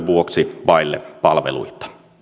vuoksi vaille palveluita